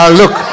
look